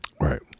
Right